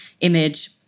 image